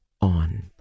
on